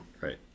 Right